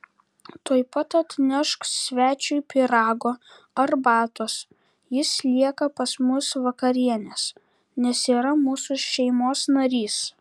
tuoj pat atnešk svečiui pyrago arbatos jis lieka pas mus vakarienės nes yra mūsų šeimos narys